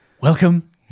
welcome